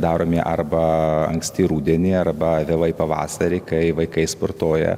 daromi arba anksti rudenį arba vėlai pavasarį kai vaikai sportuoja